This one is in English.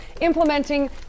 implementing